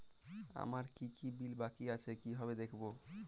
আমার কি কি বিল বাকী আছে কিভাবে দেখবো?